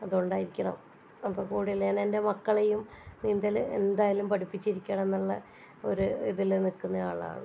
അതുകൊണ്ടായിരിക്കണം അപ്പോൾ കൂടെയുള്ള ഞാൻ എൻ്റെ മക്കളെയും നീന്തൽ എന്തായാലും പഠിപ്പിച്ചിരിക്കണം എന്നുള്ള ഒരു ഇതിൽ നിൽക്കുന്നയാളാണ്